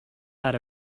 had